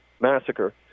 massacre